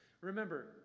Remember